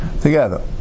together